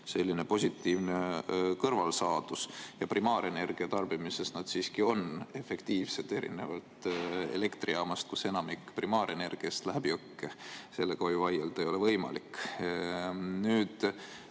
selline positiivne kõrvalsaadus. Ja primaarenergia tarbimisel need siiski on efektiivsed, erinevalt elektrijaamadest, kus enamik primaarenergiast läheb jõkke. Selle vastu vaielda ei ole ju võimalik. Te